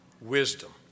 wisdom